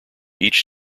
each